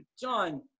John